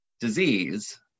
disease